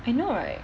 I know right